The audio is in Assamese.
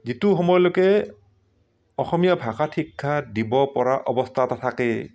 যিটো সময়লৈকে অসমীয়া ভাষাত শিক্ষা দিব পৰা অৱস্থা এটা থাকে